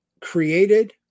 created